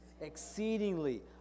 Exceedingly